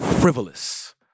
frivolous